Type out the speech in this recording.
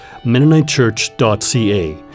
MennoniteChurch.ca